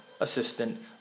assistant